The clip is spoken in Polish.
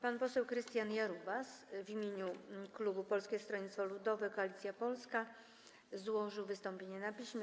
Pan poseł Krystian Jarubas w imieniu klubu Polskie Stronnictwo Ludowe - Koalicja Polska złożył wystąpienie na piśmie.